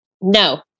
No